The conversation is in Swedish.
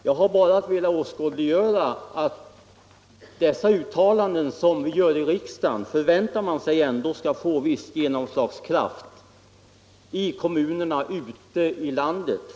Jag har bara velat åskådliggöra att man ändå förväntar sig att dessa uttalanden som vi gör i riksdagen skall få genomslagskraft i kommunerna ute i landet.